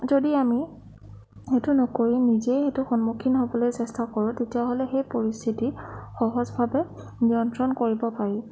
যদি আমি সেইটো নকৰি নিজেই সেইটো সন্মুখীন হ'বলৈ চেষ্টা কৰোঁ তেতিয়াহ'লে সেই পৰিস্থিতি সহজভাৱে নিয়ন্ত্ৰণ কৰিব পাৰি